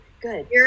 good